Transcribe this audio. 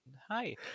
Hi